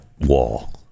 wall